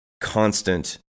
constant